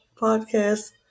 podcast